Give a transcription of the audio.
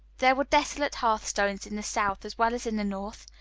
there were desolate hearthstones in the south as well as in the north,